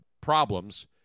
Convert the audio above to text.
problems